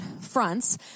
fronts